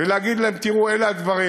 ולהגיד להם: תראו, אלה הדברים.